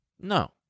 No